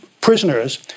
prisoners